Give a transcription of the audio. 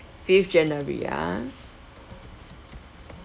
fifth january ah